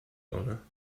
owner